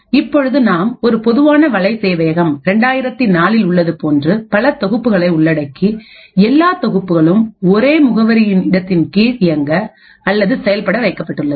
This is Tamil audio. இப்பொழுது நாம் ஒரு பொதுவான வலை சேவையகம் 2004இல் உள்ளது போன்று பல தொகுப்புகளை உள்ளடக்கி எல்லா தொகுப்புகளும் ஒரே முகவரி இடத்தின் கீழ் இயங்க அல்லது செயல்பட வைக்கப்பட்டுள்ளது